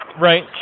Right